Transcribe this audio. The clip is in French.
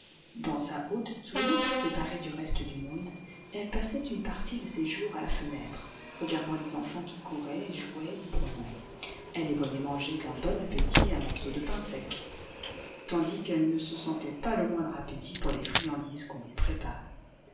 dans sa haute tour séparée du reste du monde elle passait une partie de ses jours à la fenêtre regardant les enfants qui couraient et jouaient librement elle les voyait manger d'un bon appétit un morceau de pain sec tandis qu'elle ne se sentait pas le moindre appétit pour les friandises qu'on lui préparait